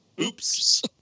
oops